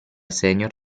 senior